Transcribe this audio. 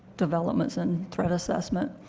developments and threat assessment.